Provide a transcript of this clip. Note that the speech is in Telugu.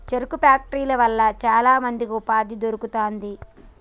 చెరుకు ఫ్యాక్టరీల వల్ల చాల మందికి ఉపాధి దొరుకుతాంది